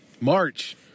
March